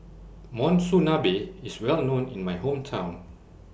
Monsunabe IS Well known in My Hometown